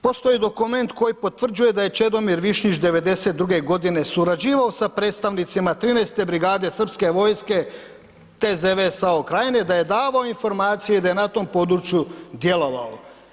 Postoji dokument koji potvrđuje da je Čedomir Višnjić 92. godine surađivao sa predstavnicima 13. brigade srpske vojske TZV-e Sao Krajine, da je davao informacije da je na tom području djelovao.